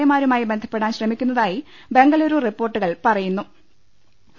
A മാരു മായി ബന്ധപ്പെടാൻ ശ്രമിക്കുന്നതായി ബംഗലൂരു റിപ്പോർട്ടുകൾ പറയു ന്നു